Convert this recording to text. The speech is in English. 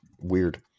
weird